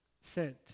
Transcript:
sent